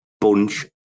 bunch